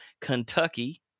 Kentucky